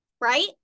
right